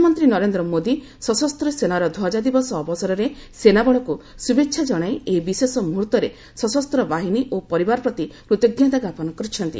ପ୍ରଧାନମନ୍ତ୍ରୀ ନରେନ୍ଦ୍ର ମୋଦି ସଶସ୍ତ ସେନାର ଧ୍ୱଜା ଦିବସ ଅବସରରେ ସେନାବଳକୁ ଶୁଭେଚ୍ଛା କଣାଇ ଏହି ବିଶେଷ ମୁହୂର୍ଭରେ ସଶସ୍ତ ବାହିନୀ ଓ ପରିବାର ପ୍ରତି କୂତଜ୍ଞତା ଜ୍ଞାପନ କରିଛନ୍ତି